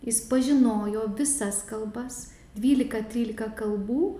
jis pažinojo visas kalbas dvylika trylika kalbų